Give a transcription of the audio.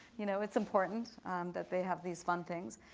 you know it's important that they have these fun things.